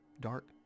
dark